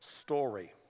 story